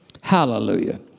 hallelujah